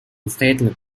настоятельно